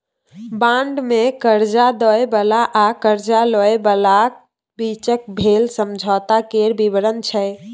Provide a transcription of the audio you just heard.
bond मे करजा दय बला आ करजा लय बलाक बीचक भेल समझौता केर बिबरण छै